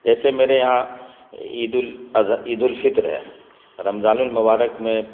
جیسے میرے یہاں عید الفطر ہے رمضان المبارک میں